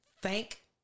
thank